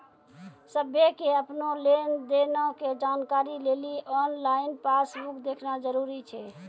सभ्भे के अपनो लेन देनो के जानकारी लेली आनलाइन पासबुक देखना जरुरी छै